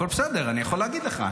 הכול בסדר, אני יכול להגיד לך.